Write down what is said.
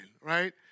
right